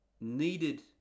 needed